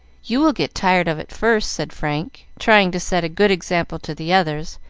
you will get tired of it first, said frank, trying to set a good example to the others,